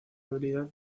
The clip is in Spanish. habilidad